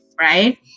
right